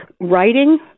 writing